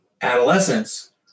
adolescence